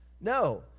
No